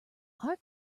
our